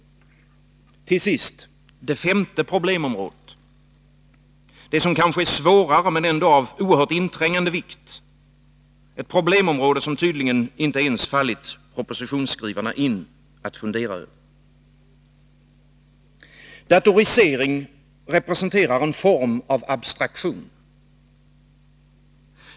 Till sist skall jag ta upp det femte problemområdet, som kanske är svårare men ändå av oerhört inträngande vikt — ett problemområde som det tydligen inte ens fallit propositionsskrivarna in att fundera över. Datorisering representerar en form av abstraktion.